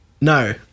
No